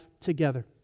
together